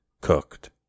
cooked